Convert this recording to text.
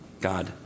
God